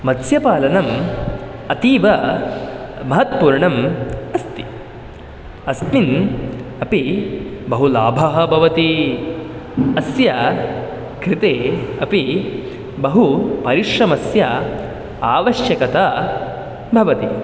मत्स्यपालनम् अतीवमहत्त्वपूर्णम् अस्ति अस्मिन् अपि बहु लाभाः भवति अस्य कृते अपि बहु परिश्रमस्य आवश्यकता भवति